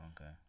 okay